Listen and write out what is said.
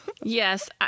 Yes